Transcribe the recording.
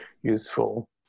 useful